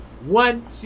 One